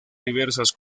diversas